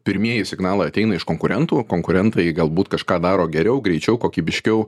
pirmieji signalai ateina iš konkurentų konkurentai galbūt kažką daro geriau greičiau kokybiškiau